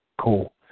Cool